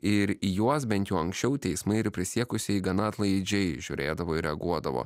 ir į juos bent jau anksčiau teismai ir prisiekusieji gana atlaidžiai žiūrėdavo ir reaguodavo